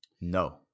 no